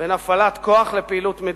בין הפעלת כוח לפעילות מדינית.